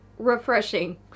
Refreshing